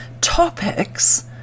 topics